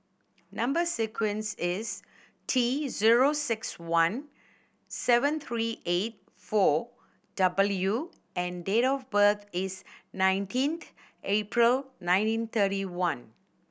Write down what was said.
number sequence is T zero six one seven three eight four W and date of birth is nineteen April nineteen thirty one